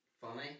Funny